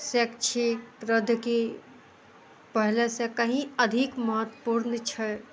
शैक्षिक प्राद्ययोगिकी पहिलेसँ कहीं अधिक महत्वपूर्ण छै